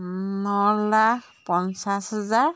ন লাখ পঞ্চাছ হাজাৰ